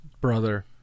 brother